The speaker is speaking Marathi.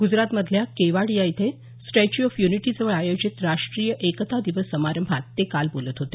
गुजरात मधल्या केवाडिया इथं स्टॅच्यू ऑफ युनिटी जवळ आयोजित राष्ट्रीय एकता दिवस समारंभात ते काल बोलत होते